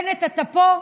בנט, אתה פה?